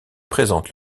présente